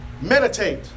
Meditate